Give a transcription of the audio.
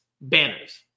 Banners